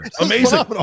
amazing